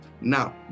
Now